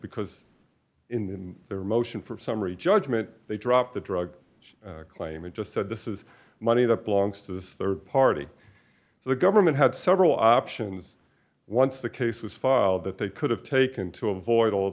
because in their motion for summary judgment they dropped the drug claim and just said this is money that belongs to the rd party so the government had several options once the case was filed that they could have taken to avoid all